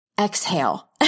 exhale